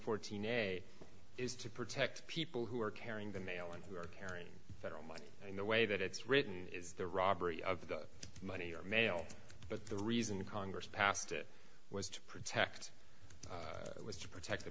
fourteen a day is to protect people who are carrying the mail and who are carrying federal money and the way that it's written is the robbery of the money or mail but the reason congress passed it was to protect it was to protect the